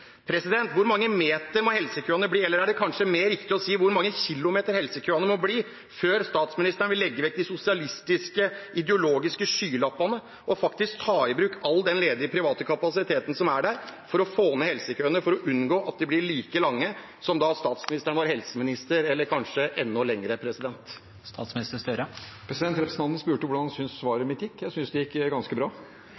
Hvor mange meter lange må helsekøene bli – eller er det kanskje mer riktig å si hvor mange kilometer lange må helsekøene bli – før statsministeren vil legge vekk de sosialistiske, ideologiske skylappene og faktisk ta i bruk all den ledige private kapasiteten som er der, for å få ned helsekøene og unngå at de blir like lange som da statsministeren var helseminister, eller kanskje enda lengre? Representanten spurte hvordan jeg synes svaret